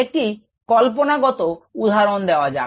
একটি কল্পনা গত উদাহরণ দেওয়া যাক